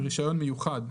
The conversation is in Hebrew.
"רישיון מיוחד",